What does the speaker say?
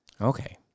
Okay